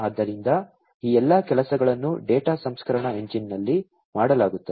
ಆದ್ದರಿಂದ ಈ ಎಲ್ಲಾ ಕೆಲಸಗಳನ್ನು ಡೇಟಾ ಸಂಸ್ಕರಣಾ ಎಂಜಿನ್ನಲ್ಲಿ ಮಾಡಲಾಗುತ್ತದೆ